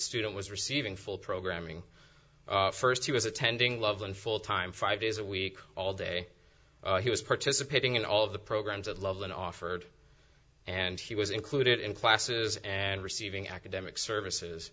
student was receiving full programming first he was attending loveland full time five days a week all day he was participating in all of the programs of love and offered and he was included in classes and receiving academic services